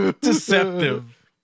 deceptive